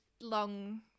long